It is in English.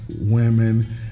women